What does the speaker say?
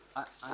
- עזוב.